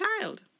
child